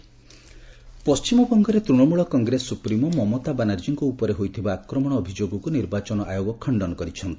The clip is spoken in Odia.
ଇସି ମମତା ପଣ୍ଟିମବଙ୍ଗରେ ତୂଣମୂଳ କଂଗ୍ରେସ ସୁପ୍ରିମୋ ମମତା ବାନାର୍ଜୀଙ୍କ ଉପରେ ହୋଇଥିବା ଆକ୍ରମଣ ଅଭିଯୋଗକୁ ନିର୍ବାଚନ ଆୟୋଗ ଖଣ୍ଡନ କରିଛନ୍ତି